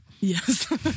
Yes